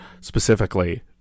specifically